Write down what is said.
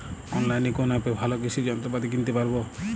অনলাইনের কোন অ্যাপে ভালো কৃষির যন্ত্রপাতি কিনতে পারবো?